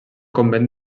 convent